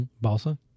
Balsa